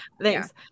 Thanks